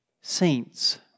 saints